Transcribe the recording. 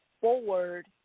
forward